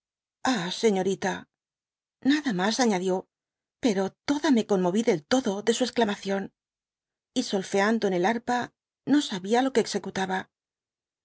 señorita nada ma amadió pero toda me conmoví del tono de su exclamación y solfeando en el harpa no sabía lo que executaba